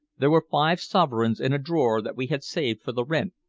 there were five sovereigns in a drawer that we had saved for the rent,